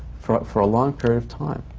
for but for a long period of time.